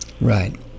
Right